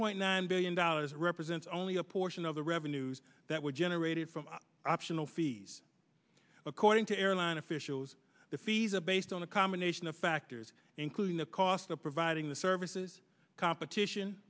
point nine billion dollars represents only a portion of the revenues that were generated from optional fees according to airline officials the fees are based on a combination of factors including the cost of providing the services competition